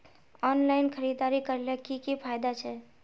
Online खरीदारी करले की की फायदा छे?